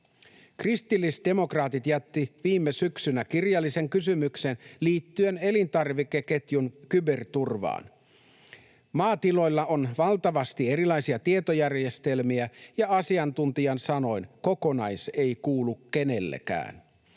Kristillisdemokraatit jättivät viime syksynä kirjallisen kysymyksen liittyen elintarvikeketjun kyberturvaan. Maatiloilla on valtavasti erilaisia tietojärjestelmiä, ja asiantuntijan sanoin ”kokonaisuus ei kuulu kenellekään”.